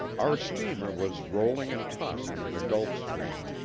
our steamer was rolling and tossing in the gulf stream,